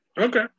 Okay